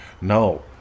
No